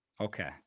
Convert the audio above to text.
Okay